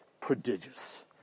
prodigious